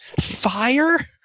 fire